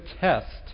test